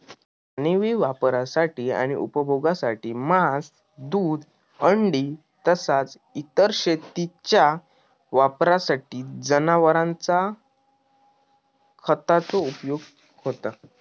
मानवी वापरासाठी आणि उपभोगासाठी मांस, दूध, अंडी तसाच इतर शेतीच्या वापरासाठी जनावरांचा खताचो उपयोग होता